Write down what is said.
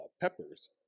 peppers